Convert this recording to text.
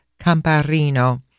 Camparino